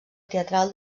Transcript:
teatral